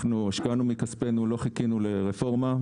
אנחנו השקענו מכספנו, לא חיכינו לרפורמה.